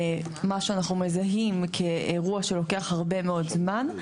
מה שאנחנו מזהים כאירוע שלוקח הרבה מאוד זמן,